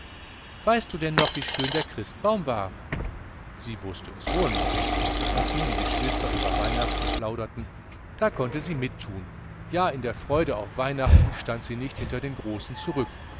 weißt du denn noch wie schön der christbaum war sie wußte es wohl noch und als nun die geschwister über weihnachten plauderten da konnte sie mittun ja in der freude auf weihnachten stand sie nicht hinter den großen zurück